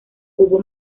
hubo